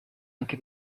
anche